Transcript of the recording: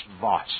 Voss